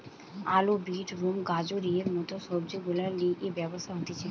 আলু, beetroot, গাজরের মত সবজি গুলার লিয়ে ব্যবহার হতিছে